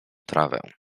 trawę